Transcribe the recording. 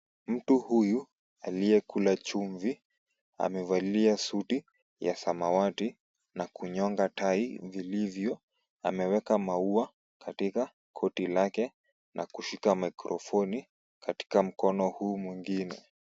Mtu huyu aliyekula chumvi, amevalia suti ya samawati na kunyonga tai vilivyo. Ameweka maua katika koti lake na kushika mikrofoni katika mkono huu mwingine.